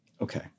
Okay